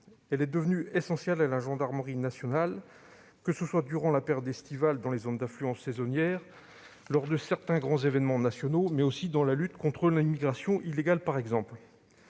est devenue essentielle à la gendarmerie nationale, que ce soit durant la période estivale dans les zones d'affluence saisonnière ou lors de certains grands événements nationaux, mais aussi, par exemple, dans la lutte contre l'immigration illégale. Il existe